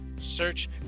search